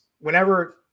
whenever